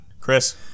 Chris